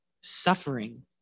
Suffering